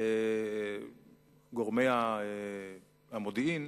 גורמי המודיעין,